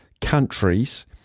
countries